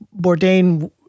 Bourdain